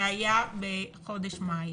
שהיה בחודש מאי.